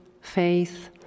faith